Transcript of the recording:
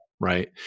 Right